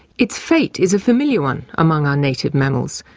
its fate is a familiar one among our native mammals.